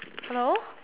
hello